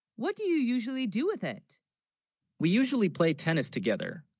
what do you usually, do with it we usually play tennis together,